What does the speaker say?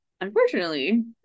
unfortunately